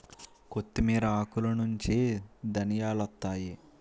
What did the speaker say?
కొత్తిమీర ఆకులనుంచి ధనియాలొత్తాయి